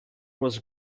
was